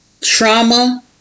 trauma